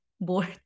bored